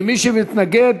ומי שמתנגד,